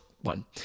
one